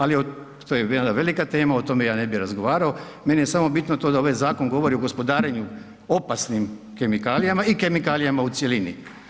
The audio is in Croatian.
Ali to je jedna velika tema, o tome ja ne bi razgovarao, meni je samo bitno to da ovaj zakon govori o gospodarenju opasnim kemikalijama i kemikalijama u cjelini.